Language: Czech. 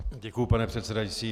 Děkuji, pane předsedající.